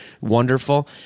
wonderful